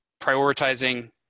prioritizing